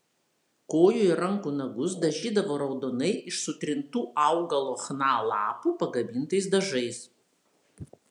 kojų ir rankų nagus dažydavo raudonai iš sutrintų augalo chna lapų pagamintais dažais